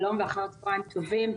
שלום ואחר צוהריים טובים,